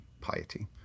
piety